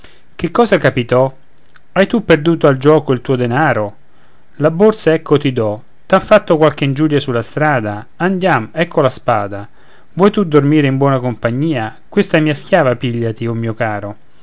che cosa capitò hai tu perduto al gioco il tuo denaro la borsa ecco ti do t'han fatto qualche ingiuria sulla strada andiam ecco la spada vuoi tu dormire in buona compagnia questa mia schiava pigliati o mio caro